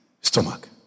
stomach